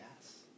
yes